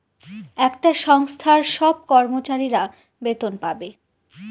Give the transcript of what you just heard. একটা সংস্থার সব কর্মচারীরা বেতন পাবে